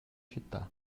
città